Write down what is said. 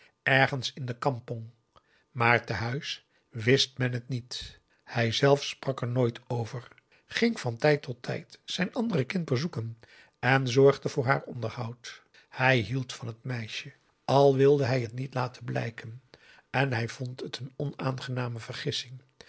ergens in de kampong maar te huis wist men het niet hijzelf sprak er nooit over ging van tijd tot tijd zijn andere kind bezoeken en zorgde voor haar onderhoud hij hield van het meisje al wilde hij het niet laten blijken en hij vond het een onaangename vergissing